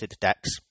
decks